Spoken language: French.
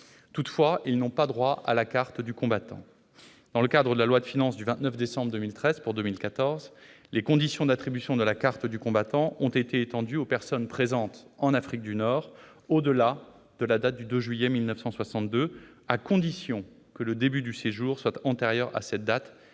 Toutefois, ils n'ont pas droit à la carte du combattant. Dans le cadre de la loi de finances du 29 décembre 2013, pour 2014, les conditions d'attribution de la carte du combattant ont été étendues aux personnes présentes en Afrique du Nord au-delà de la date du 2 juillet 1962, à condition que leur séjour ait commencé avant cette date